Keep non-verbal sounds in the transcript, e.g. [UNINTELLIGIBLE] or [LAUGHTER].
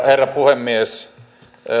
[UNINTELLIGIBLE] herra puhemies